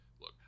look